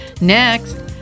Next